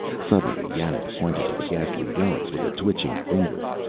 suddenly yanath pointed to the ghastly relics with a twitching finger.